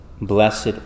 blessed